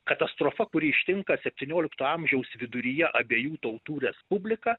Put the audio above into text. katastrofa kuri ištinka septyniolikto amžiaus viduryje abiejų tautų respubliką